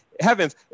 heavens